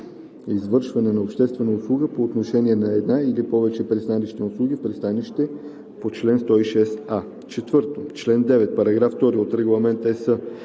извършване на обществена услуга по отношение на една или повече пристанищни услуги в пристанище по чл. 106а; 4. чл. 9, параграф 2 от Регламент (ЕС)